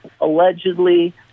Allegedly